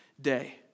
day